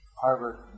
Harvard